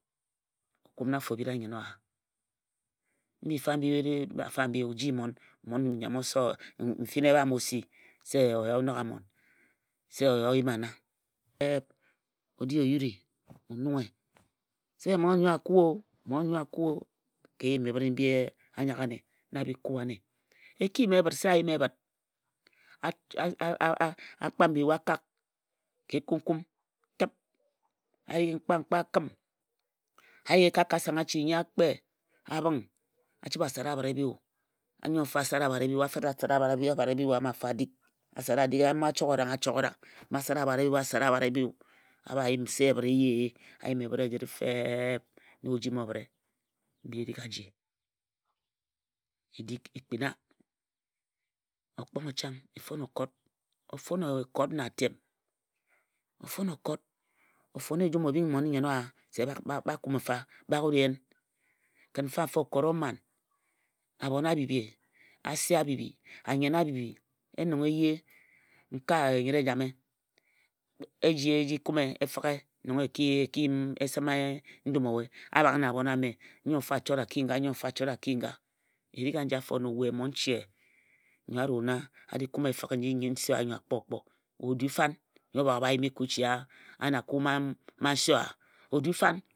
E di o kun afo o bhira nnyen owa mbifa mbi bi ri fafa nji, o, ji mmon nnyamoso mfin ebhae a bho si se oya o nogha mmon se oya o yima nn fep o di o yuri o yut o nunghe. Se mmon nnyo a kue o mmon nnyo a kue o ka eyim ebhǝre mbi anyagha ane na bi kua ane. E ki yim ebhit se a yima ebhit a kpan biyu a-kak ka ekumkum tip a yighi mkpankpa a kiǝm a ye ka ka sanghachi anyi a kpe a bhong a chibhe a sara abhat-i-biyu nnyo nfo a sare abhat biyu ama afo a dik a sara a dik, mma a chok orang a chok orang mma a sara abhati-biyu a sara abhati-buya. A bha yim se ebhǝt eye e, a yim ebhǝe ajǝre fep na ojimi obhǝre mbi erik aji. E dik e kpina, okponghe chang e fon okot e fon okot na atem e fon okot ofon ejum obhing mmon-i-nnyen owa se bak ba kume mfa bak wut e yen. Kǝn mfamfa okot o man. Abhon a bhibhi, Ase a bhibhi, Anyen a bhibhi. Yen nong eye nkae enyere ejame e ji e ji kume efǝghe nong e ki yim e sǝm ndum owe a bhak na abhon ame nyo mfa a chot a ki ngo nyo nfo a chot a ki nga Erik aji afo ano we mmonche nyo a rue nna aji chot efǝghe nji nse owa nyo a kpokpo we o du fan nyo o bhak o bha yimi ka ochi ane akue mma nse owa we odu fan?